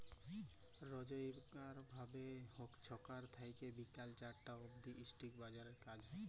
রইজকার ভাবে ছকাল থ্যাইকে বিকাল চারটা অব্দি ইস্টক বাজারে কাজ হছে